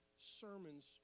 sermons